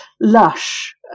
Lush